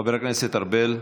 חבר הכנסת ארבל.